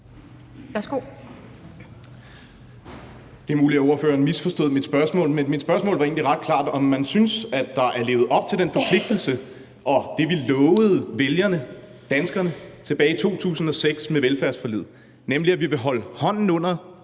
(S): Det er muligt, at ordføreren misforstod mit spørgsmål, men mit spørgsmål var egentlig ret klart, altså om man synes, der er levet op til den forpligtelse og det, vi lovede vælgerne, danskerne, tilbage i 2006 med velfærdsforliget, nemlig at vi vil holde hånden under